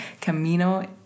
Camino